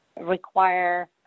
require